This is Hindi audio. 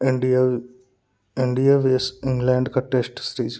इंडिया इंडिया वेस्ट इंग्लैंड का टेश्ट सीरीज